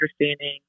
understanding